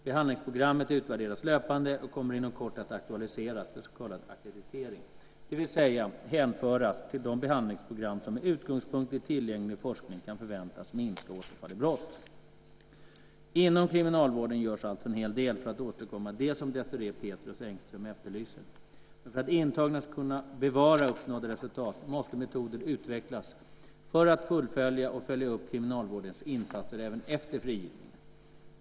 Behandlingsprogrammet utvärderas löpande och kommer inom kort att aktualiseras för så kallad ackreditering, det vill säga hänföras till de behandlingsprogram som med utgångspunkt i tillgänglig forskning kan förväntas minska återfall i brott. Inom kriminalvården görs alltså en hel del för att åstadkomma det som Désirée Pethrus Engström efterlyser. Men för att intagna ska kunna bevara uppnådda resultat måste metoder utvecklas för att fullfölja och följa upp kriminalvårdens insatser även efter frigivningen.